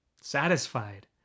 satisfied